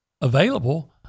available